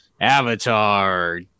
Avatar